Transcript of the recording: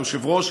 היושב-ראש,